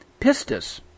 pistis